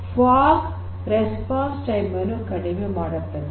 fog ಪ್ರತಿಕ್ರಿಯೆ ಸಮಯವನ್ನು ಕಡಿಮೆ ಮಾಡುತ್ತದೆ